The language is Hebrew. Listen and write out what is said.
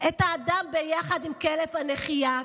את האדם ביחד עם כלב הנחייה,